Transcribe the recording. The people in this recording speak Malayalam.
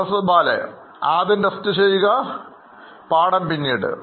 പ്രൊഫസർ ബാലആദ്യം ടെസ്റ്റ് ചെയ്യുക പാഠം പിന്നീട്